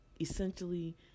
Essentially